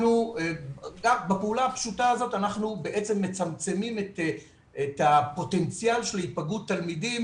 אנחנו בפעולה הפשוטה הזאת בעצם מצמצמים את הפוטנציאל של היפגעות תלמידים